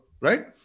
right